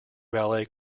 ballet